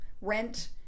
rent